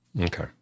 Okay